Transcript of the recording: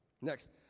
Next